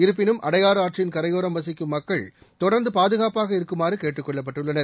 இருப்பினும் அடையாறு ஆற்றின் கரையோரம் வசிக்கும் மக்கள் தொடா்ந்து பாதுகாப்பாக இருக்குமாறு கேட்டுக் கொள்ளப்பட்டுள்ளனர்